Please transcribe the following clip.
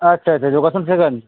আচ্ছা আচ্ছা যোগাসন শেখান